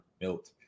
Milt